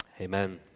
Amen